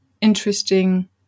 interesting